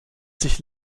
sich